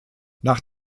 nach